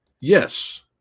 Yes